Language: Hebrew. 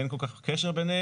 אין כל כך קשר ביניהם.